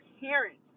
parents